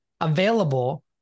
available